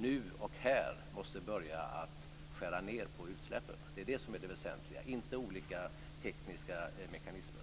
nu och här måste börja att skära ned på utsläppen. Det är det som är det väsentliga, inte olika tekniska mekanismer.